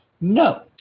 No